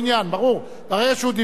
ברגע שהוא דיבר על כפר-כנא,